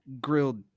grilled